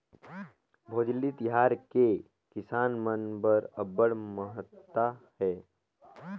भोजली तिहार के किसान मन बर अब्बड़ महत्ता हे